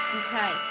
okay